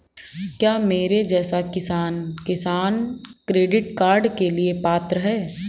क्या मेरे जैसा किसान किसान क्रेडिट कार्ड के लिए पात्र है?